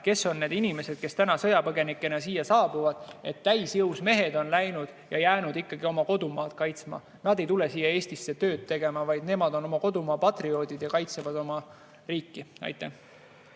kes on need inimesed, kes täna sõjapõgenikena siia saabuvad. Täisjõus mehed on läinud või jäänud oma kodumaad kaitsma, nad ei tule siia Eestisse tööd tegema. Nemad on oma kodumaa patrioodid ja kaitsevad oma riiki. Aitäh!